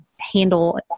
handle